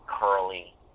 curly